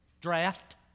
Draft